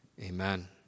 Amen